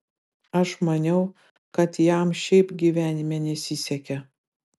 aš maniau kad jam šiaip gyvenime nesisekė